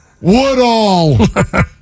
Woodall